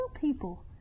people